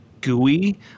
gooey